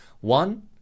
One